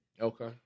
Okay